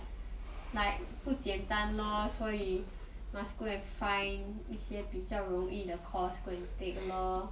like 不简单 lor 所以 must go and find 一些比较容易的 course to go and take lor